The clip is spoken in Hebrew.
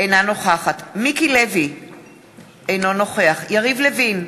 אינה נוכחת יריב לוין,